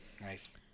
Nice